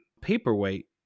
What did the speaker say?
paperweight